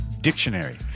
dictionary